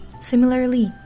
Similarly